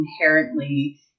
inherently